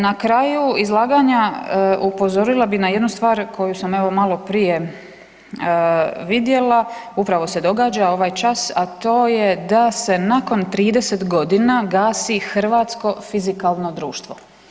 Na kraju izlaganja, upozorila bi na jednu stvar koju sam evo, maloprije vidjela, upravo se događa, ovaj čas, a to je da se nakon 30 godina gasi Hrvatsko fizikalno društvo.